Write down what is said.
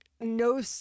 no